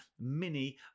mini